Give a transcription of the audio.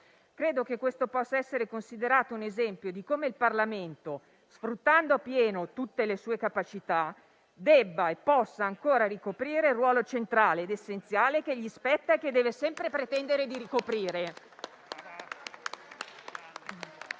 Credo che questo possa essere considerato un esempio di come il Parlamento, sfruttando appieno tutte le sue capacità, debba e possa ancora ricoprire il ruolo centrale ed essenziale che gli spetta e che deve sempre pretendere di ricoprire.